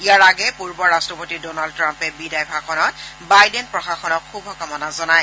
ইয়াৰ আগেয়ে পূৰ্বৰ ৰাট্টপতি ডনাল্ড ট্ৰাম্পে বিদায় ভাষণত বাইডেন প্ৰশাসনক শুভকামনা জনায়